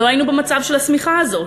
לא היינו במצב של השמיכה הזאת,